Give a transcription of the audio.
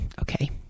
Okay